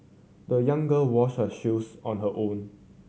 the young girl washed her shoes on her own